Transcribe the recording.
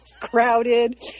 crowded